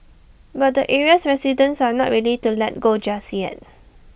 but the area's residents are not ready to let go just yet